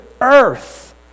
earth